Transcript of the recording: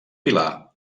pilar